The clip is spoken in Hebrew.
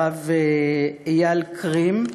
הרב אייל קרים.